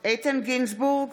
בעד איתן גינזבורג,